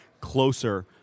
closer